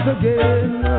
again